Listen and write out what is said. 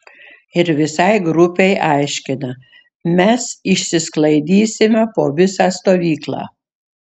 ir visai grupei aiškina mes išsisklaidysime po visą stovyklą